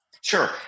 Sure